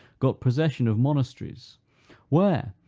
got possession of monasteries where,